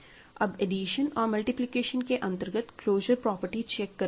अब एडिशन और मल्टीप्लिकेशन के अंतर्गत क्लोजर प्रॉपर्टी चेक करनी होगी